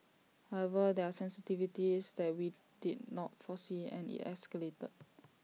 however there are sensitivities that we did not foresee and IT escalated